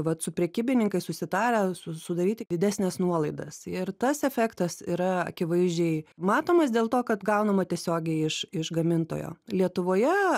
vat su prekybininkais susitarę sudaryti didesnes nuolaidas ir tas efektas yra akivaizdžiai matomas dėl to kad gaunama tiesiogiai iš iš gamintojo lietuvoje